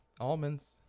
Almonds